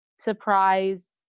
surprise